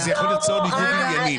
אז זה יכול ליצור ניגוד עניינים.